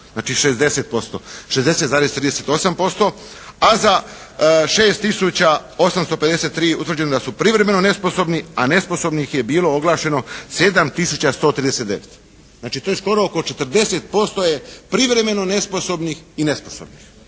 Znači 60%. 60,38%, a za 6 tisuća 853 utvrđeno je da su privremeno nesposobni a nesposobnih je bilo oglašeno 7 tisuća 139. Znači to je skoro oko 40% je privremeno nesposobnih i nesposobnih.